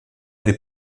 des